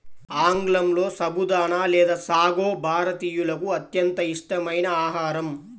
ఆంగ్లంలో సబుదానా లేదా సాగో భారతీయులకు అత్యంత ఇష్టమైన ఆహారం